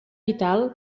vital